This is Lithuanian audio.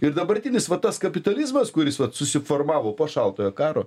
ir dabartinis va tas kapitalizmas kuris susiformavo po šaltojo karo